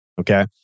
okay